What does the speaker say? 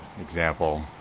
example